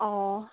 অঁ